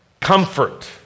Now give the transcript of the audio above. Comfort